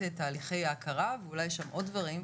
תהליכי ההכרה ואולי יש שם עוד דברים,